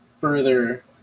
further